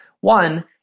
One